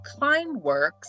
Kleinworks